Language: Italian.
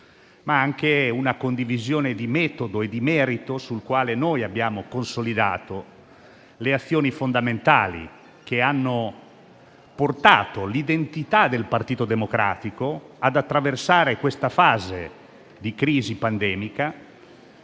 ma anche una condivisione di metodo e di merito, sulla quale abbiamo consolidato le azioni fondamentali, che hanno portato l'identità del Partito Democratico ad attraversare questa fase di crisi pandemica,